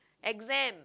exam